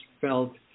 felt